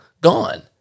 gone